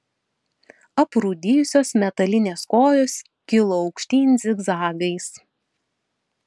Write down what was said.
aprūdijusios metalinės kojos kilo aukštyn zigzagais